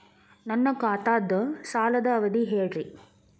ನನ್ನ ಖಾತಾದ್ದ ಸಾಲದ್ ಅವಧಿ ಹೇಳ್ರಿ